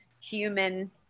human